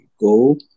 go